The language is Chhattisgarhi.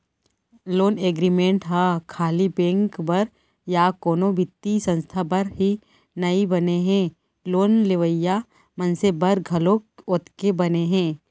लोन एग्रीमेंट ह खाली बेंक बर या कोनो बित्तीय संस्था बर ही बने नइ हे लोन लेवइया मनसे बर घलोक ओतके बने हे